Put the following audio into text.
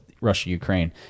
Russia-Ukraine